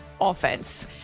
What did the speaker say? offense